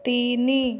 ତିନି